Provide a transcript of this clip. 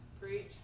preach